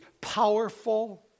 powerful